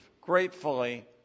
gratefully